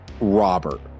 Robert